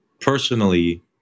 Personally